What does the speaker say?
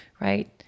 right